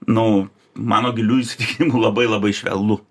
nu mano giliu įsitikinimu labai labai švelnu